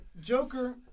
Joker